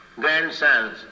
grandsons